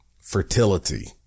fertility